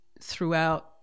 throughout